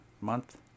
Month